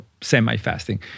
semi-fasting